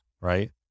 right